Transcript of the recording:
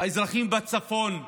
האזרחים בצפון,